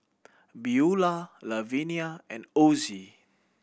Beula Lavenia and Ozie